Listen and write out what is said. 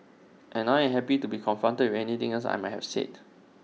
and I am happy to be confronted with anything else I might have said